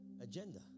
agenda